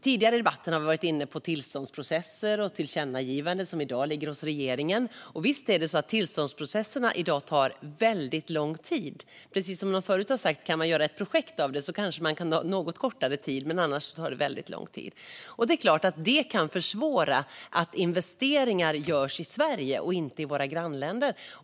Tidigare i debatten har vi varit inne på tillståndsprocesser och tillkännagivanden som i dag ligger hos regeringen. Visst är det så att tillståndsprocesserna i dag tar lång tid. Precis som någon tidigare har sagt kan man resonera att om det går att göra ett projekt av detta kanske det kan ta något kortare tid men annars tar det mycket lång tid. Det kan försvåra att investeringar görs i Sverige och inte i våra grannländer.